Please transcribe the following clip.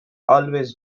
always